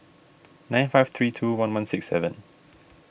nine five three two one one six seven